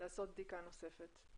לעשות בדיקה נוספת.